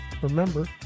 Remember